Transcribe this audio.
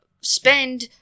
spend